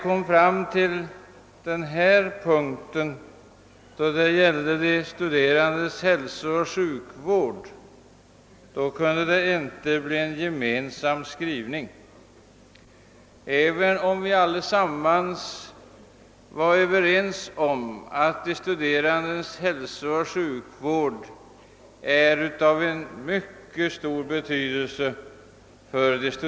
På den här punkten som gäller de studerandes hälsooch sjukvård kunde emellertid ledamöterna i utskottet inte enas om en gemensam skrivning, även om vi allesammans var Ööverens om att de studerandes hälsooch sjukvård är av mycket stor betydelse.